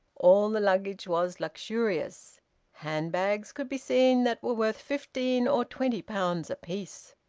all the luggage was luxurious handbags could be seen that were worth fifteen or twenty pounds apiece.